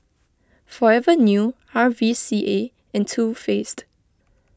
Forever New R V C A and Too Faced